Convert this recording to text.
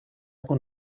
con